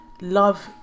love